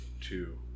two